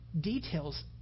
details